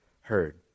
heard